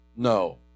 No